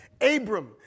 Abram